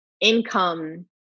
income